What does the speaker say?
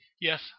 Yes